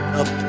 up